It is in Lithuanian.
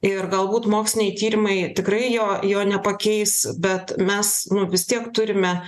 ir galbūt moksliniai tyrimai tikrai jo jo nepakeis bet mes nu vis tiek turime